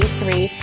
three.